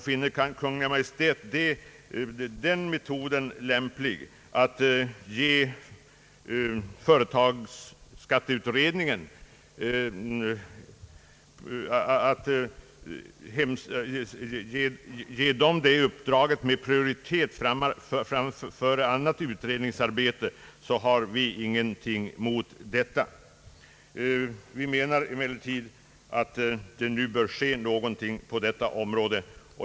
Finner Kungl. Maj:t det lämpligt att ge företagsskatteutredningen det uppdraget med prioritet före annat utredningsarbete, har vi ingenting emot detta. Vi anser att det nu framför allt bör ske någonting på detta område.